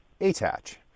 attach